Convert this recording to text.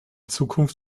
zukunft